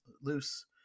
loose